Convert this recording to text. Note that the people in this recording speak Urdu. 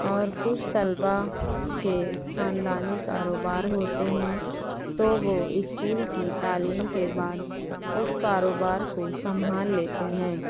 اور کچھ طلبا کے خاندانی کاروبار ہوتے ہیں تو وہ اسکول کی تعلیم کے بعد اس کاروبار کو سنبھال لیتے ہیں